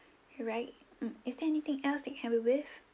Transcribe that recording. right mm is there anything else that I can help you with